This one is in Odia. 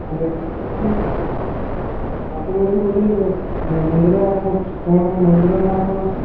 ହଁ ଏଇଠି ମୁଁ କହୁଥୁଲି ମାଉସୀ ମୁଁ ଏଇଠି କହୁଥୁଲି ମନ୍ଦିର କ'ଣ କ'ଣ ମନ୍ଦିର କ'ଣ କ'ଣ ଅଛି